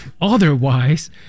otherwise